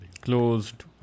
Closed